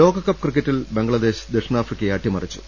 ലോകകപ്പ് ക്രിക്കറ്റിൽ ബംഗ്ലാദേശ് ദക്ഷിണാഫ്രിക്കയെ അട്ടിമറിച്ചു